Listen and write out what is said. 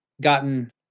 gotten